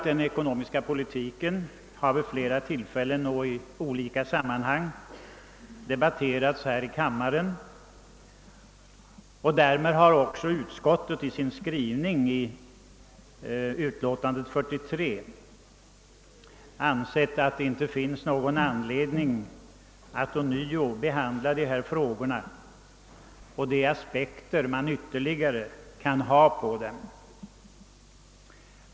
Den ekonomiska politiken har vid flera tillfällen och i olika sammanhang debatterats här i kammaren. Utskottsmajoriteten har därför i sitt utlåtande nr 43 ansett att det inte finns någon anledning att ånyo behandla dessa frågor och de aspekter man ytterligare kan ha på dem.